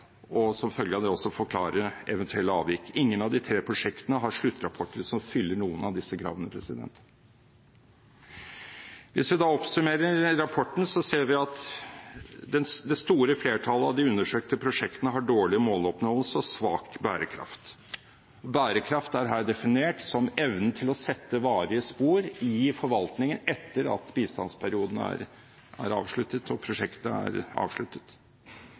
og som følge av det også forklare eventuelle avvik. Ingen av de tre prosjektene har sluttrapporter som fyller noen av disse kravene. Hvis vi da oppsummerer rapporten, ser vi at det store flertallet av de undersøkte prosjektene har dårlig måloppnåelse og svak bærekraft. Bærekraft er her definert som evnen til å sette varige spor i forvaltningen etter at bistandsperioden er avsluttet og prosjektet er avsluttet.